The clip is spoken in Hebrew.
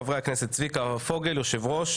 חבר הכנסת צביקה פוגל יו"ר,